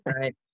Right